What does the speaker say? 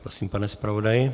Prosím, pane zpravodaji.